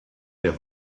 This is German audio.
der